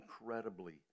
incredibly